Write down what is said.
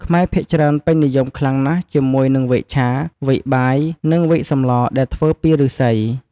ខ្មែរភាគច្រើនពេញនិយមខ្លាំងណាស់ជាមួយនឹងវែកឆា វែកបាយ និងវែកសម្លដែលធ្វើពីឫស្សី។